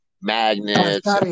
Magnets